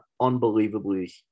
unbelievably